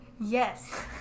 Yes